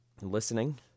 listening